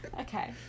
Okay